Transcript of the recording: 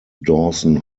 dawson